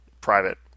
private